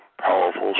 powerful